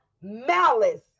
malice